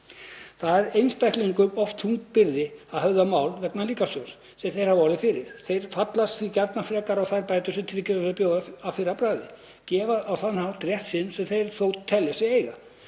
Það er einstaklingum oft þung byrði að höfða mál vegna líkamstjóns sem þeir hafa orðið fyrir. Þeir fallast því gjarnan frekar á þær bætur sem tryggingafélögin bjóða að fyrra bragði og gefa þannig eftir rétt sinn sem þeir þó telja sig eiga.